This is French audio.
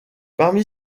parmi